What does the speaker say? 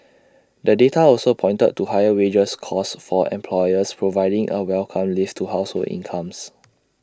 the data also pointed to higher wages costs for employers providing A welcome lift to household incomes